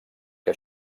que